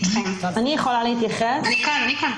אני כאן.